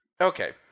Okay